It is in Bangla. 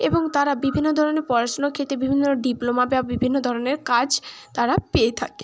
এবং তারা বিভিন্ন ধরনের পড়াশোনার ক্ষেত্রে বিভিন্ন ডিপ্লোমা বা বিভিন্ন ধরনের কাজ তারা পেয়ে থাকে